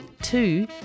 Two